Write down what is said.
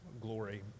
glory